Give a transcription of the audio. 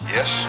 Yes